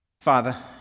Father